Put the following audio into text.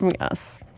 Yes